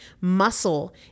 Muscle